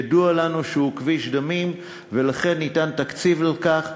ידוע לנו שזה כביש דמים, ולכן ניתן תקציב לכך.